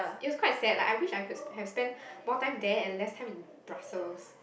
it was quite sad lah I wish I could had spent more time there and less time in Brussels